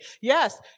Yes